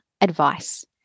advice